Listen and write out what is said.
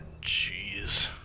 jeez